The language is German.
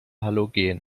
halogene